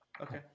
Okay